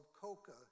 COCA